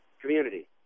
community